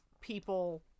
people